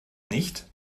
nicht